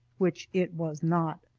which it was not.